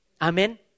Amen